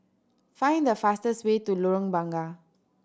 find the fastest way to Lorong Bunga